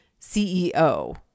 CEO